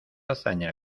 hazaña